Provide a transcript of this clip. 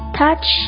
touch